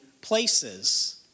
places